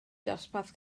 dosbarth